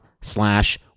slash